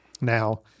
Now